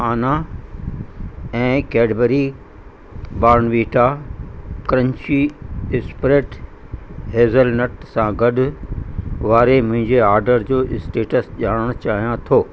आना ऐं Cadbury Bournvita crunchy spread hazelnut सां गॾु वारे मुंहिंजे ऑर्डर जो स्टेट्स ॼाणण चाहियां थो